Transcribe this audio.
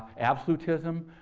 absolutism.